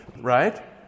right